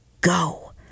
Go